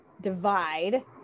divide